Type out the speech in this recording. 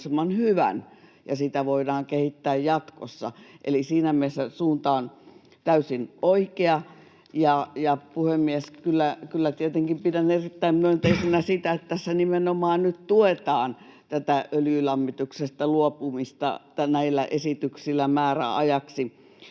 hyvän, ja sitä voidaan kehittää jatkossa, eli siinä mielessä suunta on täysin oikea. Ja, puhemies, kyllä tietenkin pidän erittäin myönteisenä sitä, että tässä nimenomaan nyt tuetaan tätä öljylämmityksestä luopumista näillä esityksillä määräajaksi